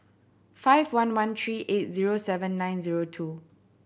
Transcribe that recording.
five one one three eight zero seven nine zero two